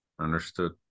Understood